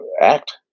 act